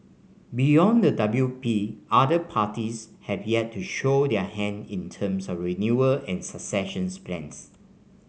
beyond the W P other parties have yet to show their hand in terms of renewal and successions plans